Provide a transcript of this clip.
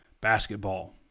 basketball